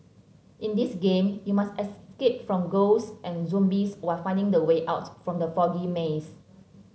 in this game you must escape from ghosts and zombies while finding the way out from the foggy maze